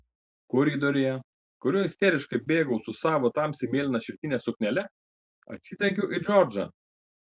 koridoriuje kuriuo isteriškai bėgau su savo tamsiai mėlyna šilkine suknele atsitrenkiau į džordžą